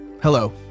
Hello